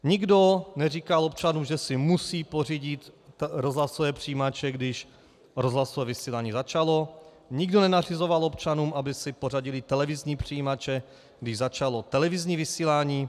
Nikdo neříkal občanům, že si musí pořídit rozhlasové přijímače, když rozhlasové vysílání začalo, nikdo nenařizoval občanům, aby si pořídili televizní přijímače, když začalo televizní vysílání.